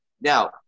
Now